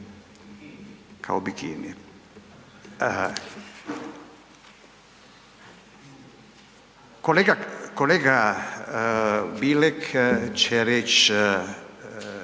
Kao bikini. Kolega Bilek će reć